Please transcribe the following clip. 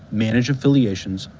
manage affiliations,